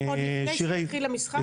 עוד לפני שהתחיל המשחק?